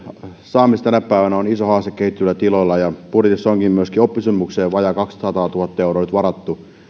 saamisessa lomitukseen tänä päivänä on iso haaste kehittyvillä tiloilla ja budjetissa onkin myöskin oppisopimukseen vajaa kaksisataatuhatta euroa nyt varattu